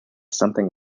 something